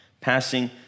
passing